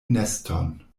neston